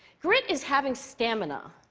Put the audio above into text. grit is having stamina.